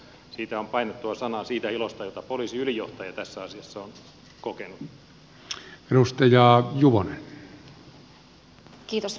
siitä on painettua sanaa siitä ilosta jota poliisiylijohtaja tässä asiassa on kokenut